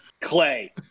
Clay